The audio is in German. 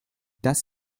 das